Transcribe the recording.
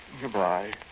goodbye